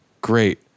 Great